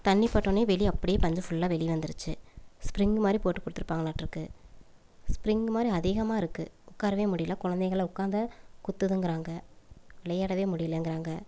தண்ணி பட்டவுன்னே வெளியே அப்படியே பஞ்சு ஃபுல்லாக வெளியே வந்துருச்சு ஸ்ப்ரிங்கு மாதிரி போட்டு கொடுத்துருப்பாங்களாட்ருக்கு ஸ்பிரிங்கு மாதிரி அதிகமாக இருக்குது உட்காரவே முடியல குழந்தைகள்லாம் உட்காந்தா குத்துதுங்கிறாங்க விளையாடவே முடியலங்கிறாங்க